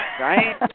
right